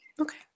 Okay